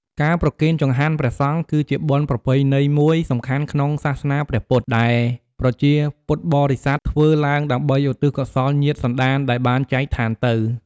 ការប្រគេនចង្ហាន់ព្រះសង្ឃ គឺជាបុណ្យប្រពៃណីមួយសំខាន់ក្នុងសាសនាព្រះពុទ្ធ ដែលប្រជាពុទ្ធបរិស័ទធ្វើឡើងដើម្បីឧទ្ទិសកុសលញាតិសន្តានដែលបានចែកឋានទៅ។